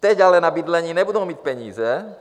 Teď ale na bydlení nebudou mít peníze,